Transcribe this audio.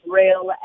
rail